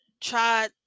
try